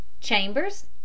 Chambers